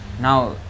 Now